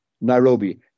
Nairobi